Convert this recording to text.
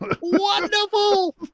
Wonderful